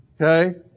Okay